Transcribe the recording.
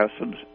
acids